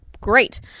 great